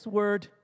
word